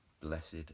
blessed